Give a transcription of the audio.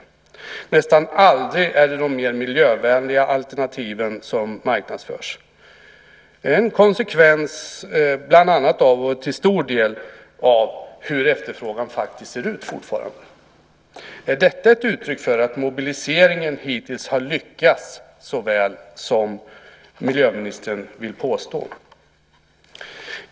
Men nästan aldrig är det de mer miljövänliga alternativen som marknadsförs - en konsekvens bland annat av, och till stor del av, hur efterfrågan faktiskt fortfarande ser ut. Är detta ett uttryck för att mobiliseringen hittills har lyckats så väl som miljöministern vill påstå?